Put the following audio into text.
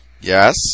Yes